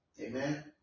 Amen